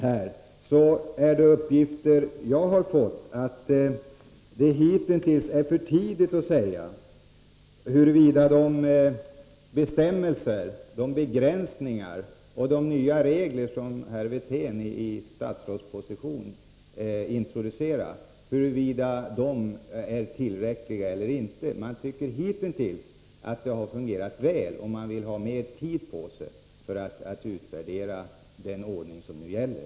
Att döma av de uppgifter som jag har fått är det hitintills för tidigt att säga huruvida de bestämmelser, begränsningar och nya regler som herr Wirtén i statsrådsposition introducerade är tillräckliga. Man tycker hitintills att de har fungerat väl, men man vill ha tid på sig för att utvärdera den ordning som nu gäller.